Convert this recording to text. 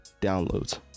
downloads